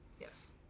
yes